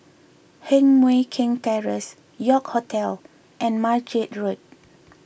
Heng Mui Keng Terrace York Hotel and Margate Road